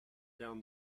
down